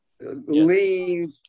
leave